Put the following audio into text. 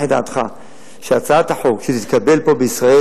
את דעתך שהצעת החוק שתתקבל פה בישראל,